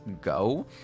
go